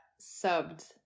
subbed